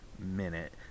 minute